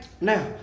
Now